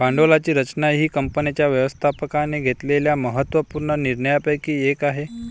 भांडवलाची रचना ही कंपनीच्या व्यवस्थापकाने घेतलेल्या महत्त्व पूर्ण निर्णयांपैकी एक आहे